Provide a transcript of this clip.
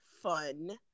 fun